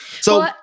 So-